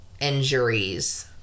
injuries